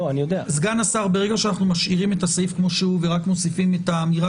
כאשר אנחנו משאירים את הסעיף כפי שהוא ורק מוסיפים את האמירה